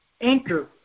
Anchor